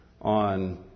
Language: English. on